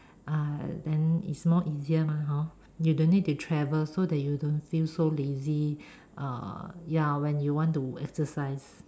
uh then it's more easier mah hor you don't need to travel so that you don't feel so lazy uh ya when you want to exercise